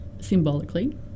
symbolically